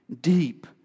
deep